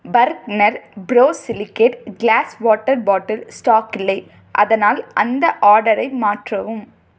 Bergner borosilicate glass water bottle stock இல்லை அதனால் அந்த ஆர்டரை மாற்றவும்